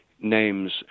names